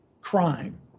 crime